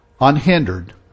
unhindered